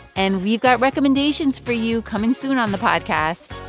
and we've got recommendations for you coming soon on the podcast.